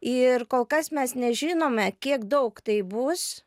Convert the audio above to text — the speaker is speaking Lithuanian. ir kol kas mes nežinome kiek daug tai bus